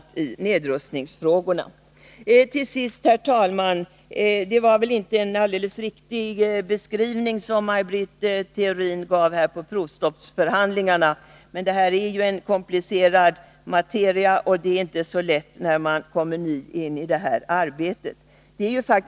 Till sist, herr talman: Det var väl inte en alldeles riktig beskrivning som Maj Britt Theorin här gav av provstoppsförhandlingarna. Men detta är en komplicerad materia, och det är inte så lätt att komma ny in i detta arbete.